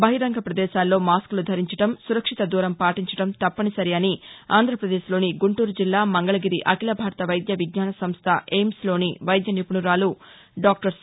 బహిరంగ ప్రదేశాల్లో మాస్క్లు ధరించడం సురక్షిత దూరం పాటించడం తప్పనిసరి అని ఆంధ్రప్రదేశ్లోని గుంటూరు జిల్లా మంగళగిరి అఖిల భారత వైద్య విజ్ఞాన సంస్ట ఎయిమ్స్లోని వైద్య నిపుణురాలు డాక్టర్ సి